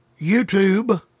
YouTube